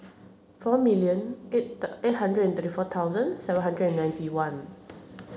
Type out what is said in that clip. four million eight eight hundred and thirty four thousand seven hundred and ninety one